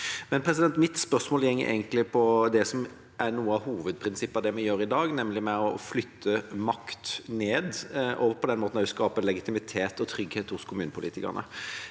Mitt spørsmål går egentlig på noe av hovedprinsippet ved det vi gjør i dag, nemlig å flytte makt ned og på den måten også skape legitimitet og trygghet hos kommunepolitikerne.